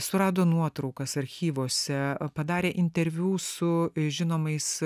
surado nuotraukas archyvuose padarė interviu su žinomais